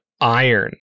iron